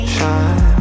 Shine